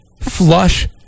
flush